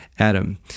Adam